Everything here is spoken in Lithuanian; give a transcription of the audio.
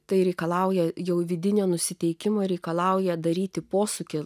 tai reikalauja jau vidinio nusiteikimo reikalauja daryti posūkį